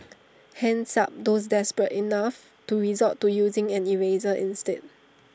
hands up those desperate enough to resort to using an eraser instead